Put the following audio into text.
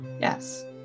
Yes